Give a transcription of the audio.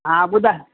हा ॿुधाए